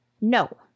no